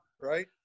right